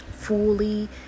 fully